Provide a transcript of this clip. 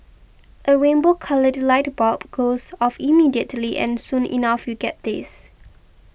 a rainbow coloured light bulb goes off immediately and soon enough you get this